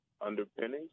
underpinnings